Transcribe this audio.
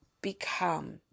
become